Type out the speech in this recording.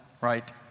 right